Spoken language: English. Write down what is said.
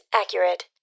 accurate